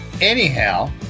Anyhow